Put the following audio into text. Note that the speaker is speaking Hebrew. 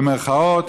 במירכאות,